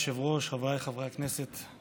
אדוני היושב-ראש, חבריי חברי הכנסת,